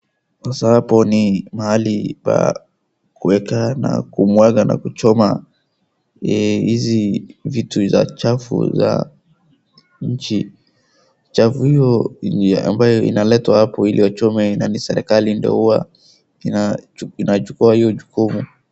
Sasa hapo ni mahali pa kuweka na kumwaga na kuchoma hizi vitu hizi chafu za nchi. Chafu hiyo ambayo inaletwa hapo ili wachome ana ni serikali ndio huwa inachukua hiyo jukumu.